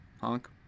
Honk